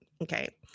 Okay